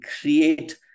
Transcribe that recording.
create